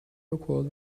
awkward